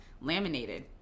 laminated